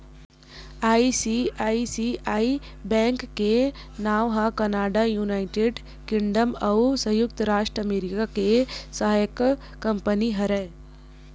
ICICI bank के नांव ह कनाड़ा, युनाइटेड किंगडम अउ संयुक्त राज अमरिका के सहायक कंपनी हरय